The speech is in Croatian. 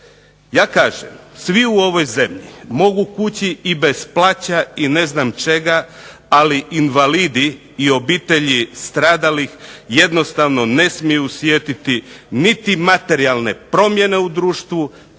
Ja kažem svi u ovoj zemlji mogu kući i bez plaća i ne znam čega, ali invalidi i obitelji stradalih jednostavno ne smiju osjetiti niti materijalne promjene u društvu,